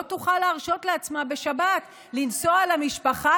לא תוכל להרשות לעצמה בשבת לנסוע למשפחה,